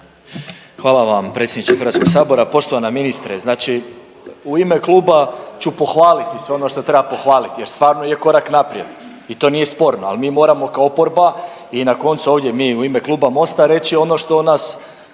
Hvala vam predsjedniče Hrvatskog sabora. Poštovana ministre, znači u ime kluba ću pohvaliti sve ono što treba pohvaliti jer stvarno ide korak naprijed i to nije sporno, ali mi moramo kao oporba i na koncu ovdje mi u ime Kluba MOST-a reći ono što nas